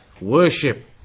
worship